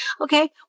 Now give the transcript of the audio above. Okay